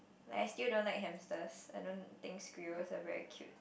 Like I still don't like hamsters I don't think squirrels are very cute